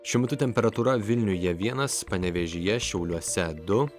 šiuo metu temperatūra vilniuje vienas panevėžyje šiauliuose du